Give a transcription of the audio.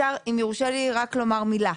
אם יורשה לי רק לומר מילה.